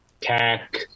tech